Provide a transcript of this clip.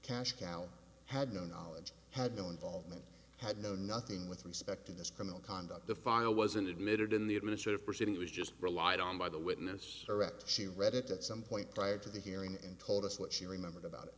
cash cow had no knowledge had no involvement had no nothing with respect to this criminal conduct the file wasn't admitted in the administrative proceeding it was just relied on by the witness correct she read it at some point prior to the hearing and told us what she remembered about it